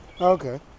okay